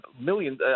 millions –